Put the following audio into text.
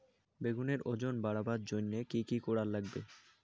বেগুনের ওজন বাড়াবার জইন্যে কি কি করা লাগবে?